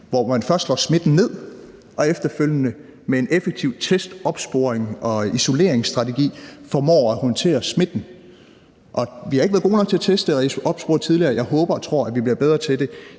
hvor man først slår smitten ned, og hvor man efterfølgende med en effektiv test-, opsporings- og isoleringsstrategi formår at håndtere smitten. Vi har ikke været gode nok til at teste og opspore tidligere. Jeg håber og tror, at vi bliver bedre til det